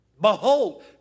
behold